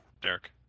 Derek